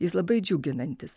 jis labai džiuginantis